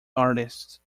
artists